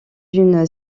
une